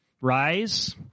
rise